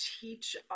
teach